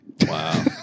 Wow